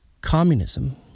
communism